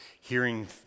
hearing